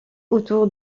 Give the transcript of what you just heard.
autour